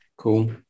Cool